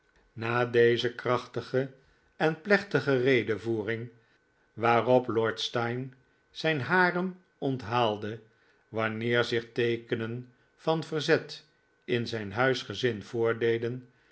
na deze krachtige en plechtige redevoering waarop lord steyne zijn harem onthaalde wanneer zich teekenen van verzet in zijn huisgezin voordeden